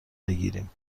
بگیریم